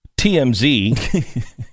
TMZ